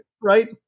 right